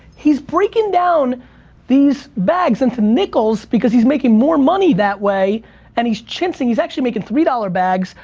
he's breaking down these bags into nickels because he's making more money that way and he's chincing, he's actually making three dollar bags,